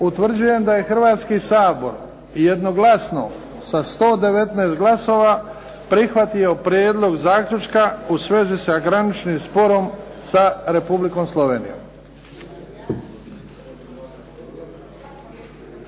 Utvrđujem da je Hrvatski sabor jednoglasno sa 119 glasova prihvatio prijedlog zaključka u svezi sa graničnim sporom sa Republikom Slovenijom.